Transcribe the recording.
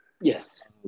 Yes